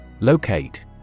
Locate